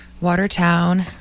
Watertown